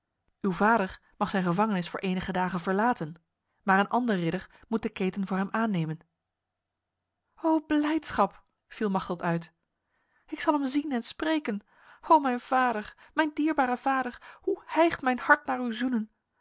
uw vader mag zijn gevangenis voor enige dagen verlaten maar een ander ridder moet de keten voor hem aannemen ho blijdschap viel machteld uit ik zal hem zien en spreken o mijn vader mijn dierbare vader hoe hijgt mijn hart naar uw zoenen